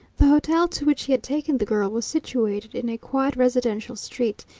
the hotel to which he had taken the girl was situated in a quiet residential street,